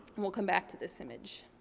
we'll come back to this image.